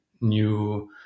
new